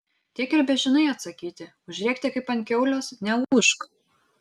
tiek ir bežinai atsakyti užrėkti kaip ant kiaulės neūžk